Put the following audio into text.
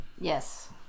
Yes